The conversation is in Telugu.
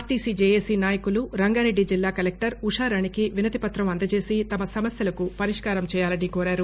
ఆర్టీసీ జేఏసీ నాయకులు రంగారెడ్డి జిల్లా కలెక్టర్ ఉషారాణికి వినతిపత్రం అందజేసి తమ సమస్యలను పరిష్కారం చేయాలని కోరారు